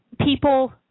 people